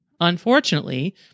Unfortunately